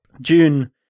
June